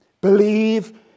believe